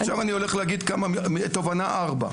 תובנה רביעית,